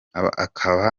akaba